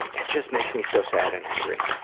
it just makes me so sad and angry.